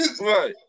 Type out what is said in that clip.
Right